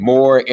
More